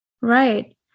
Right